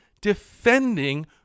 defending